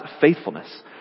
faithfulness